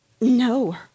No